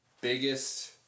biggest